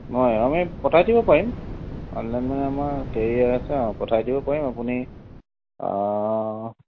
মই আমি পঠাই দিব পাৰিম অনলাইন মানে আমাৰ কেৰিয়াৰ আছে অঁ পঠাই দিব পাৰিম আপুনি